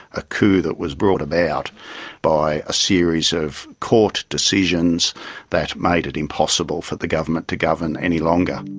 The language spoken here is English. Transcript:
a coup that was brought about by a series of court decisions that made it impossible for the government to govern any longer.